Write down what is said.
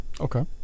Okay